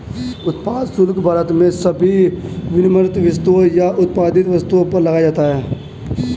उत्पाद शुल्क भारत में सभी विनिर्मित वस्तुओं या उत्पादित वस्तुओं पर लगाया जाता है